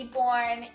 born